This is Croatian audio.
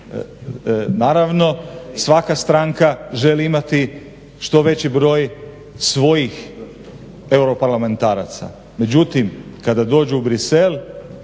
Naravno svaka strana želi imati što veći broj svojih europarlamentaraca, međutim kada dođu u Bruxelles